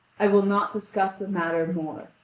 i will not discuss the matter more,